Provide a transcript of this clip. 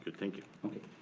thank you. okay,